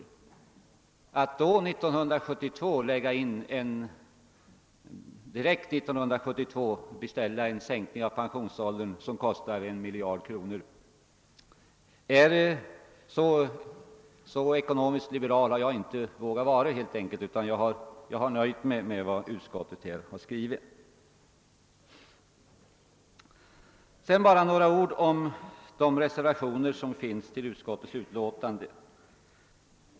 Jag är inte så ekonomiskt liberal att jag vågar gå med på en direkt beställning till år 1972 av en sänkning av pensionsåldern som kostar 1 miljard, utan jag har som sagt nöjt mig med vad utskottet här har skrivit. Sedan några ord om de reservationer som finns till utskottets utlåtande.